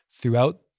throughout